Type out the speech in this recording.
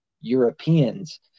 Europeans